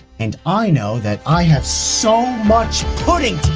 and i know that i have so much pudding